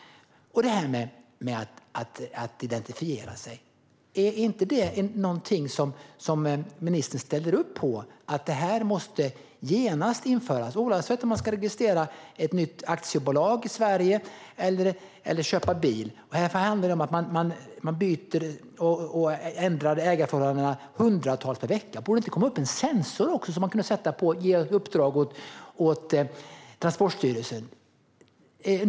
Och det här med att identifiera sig - ställer inte ministern upp på att detta måste införas genast, oavsett om man ska registrera ett nytt aktiebolag i Sverige eller köpa bil? Här handlar det om att man ändrar ägarförhållandena hundratals gånger per vecka. Borde det inte komma upp en sensor också, som man kunde sätta på? Kan man ge ett uppdrag åt Transportstyrelsen?